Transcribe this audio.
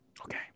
okay